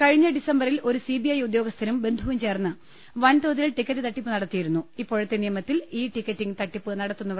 കഴിഞ്ഞ ഡിസംബറിൽ ഒരു സിബിഐ ഉദ്യോഗ സ്ഥനും ്ബന്ധുവും ചേർന്ന് വൻതോതിൽ ടിക്കറ്റ് തട്ടിപ്പ് നടത്തിയിരു ഇപ്പോഴത്തെ നിയമത്തിൽ ഇ ടിക്കറ്റിംഗ് തട്ടിപ്പ് നടത്തുന്ന ന്നു